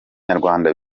nyarwanda